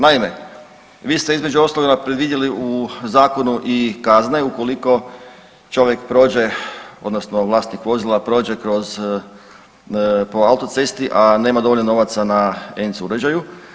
Naime, vi ste između ostaloga predvidjeli u zakonu i kazne ukoliko čovjek prođe odnosno vlasnik vozila prođe kroz po autocesti, a nema dovoljno novaca na ENC uređaju.